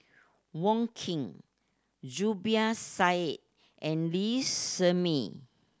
Wong Keen Zubir Said and Lee Shermay